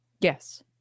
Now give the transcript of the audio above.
Yes